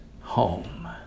home